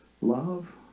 love